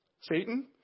Satan